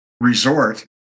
resort